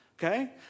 Okay